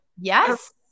yes